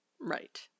Right